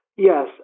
Yes